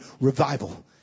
Revival